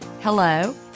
hello